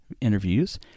interviews